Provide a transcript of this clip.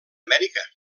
amèrica